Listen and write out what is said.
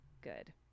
good